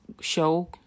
show